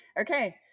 okay